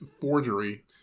forgery